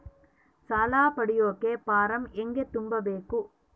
ಸಾಲ ಪಡಿಯಕ ಫಾರಂ ಹೆಂಗ ತುಂಬಬೇಕು?